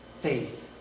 faith